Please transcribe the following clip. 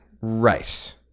Right